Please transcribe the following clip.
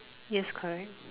yes correct